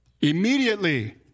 Immediately